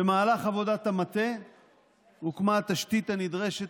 במהלך עבודת המטה הוקמה התשתית הנדרשת